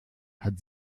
hat